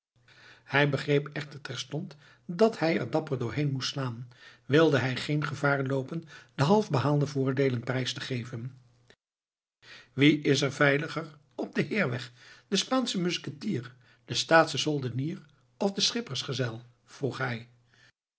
hij begreep echter terstond dat hij er dapper door heen moest slaan wille hij geen gevaar loopen de half behaalde voordeelen prijs te geven wie is er veiliger op den heerweg de spaansche musketier de staatsche soldenier of de schippersgezel vroeg hij